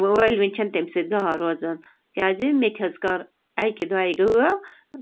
وٲلۍویٚنۍ چھَنہٕ تَمہِ سۭتۍ گاو روزان کیٛازِ مےٚ تہِ حظ کٔر اَکہِ دۄیہِ ڈٲو